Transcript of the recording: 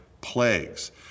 plagues